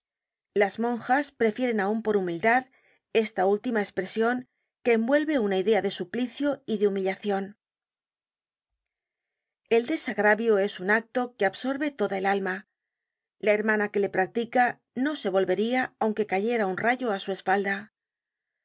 las monjas prefieren aun por humildad esta última espresion que envuelve una idea de suplicio y de humillacion el desagravio es un acto que absorbe toda el alma la hermana que le practica no se volvería aunque cayera un rayo á su espalda